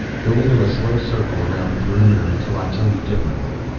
go into a slow circle around the perimeter, until i tell you differently.